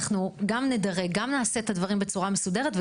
אנחנו גם נדרג וגם נעשה את הדברים בצורה מסודרת,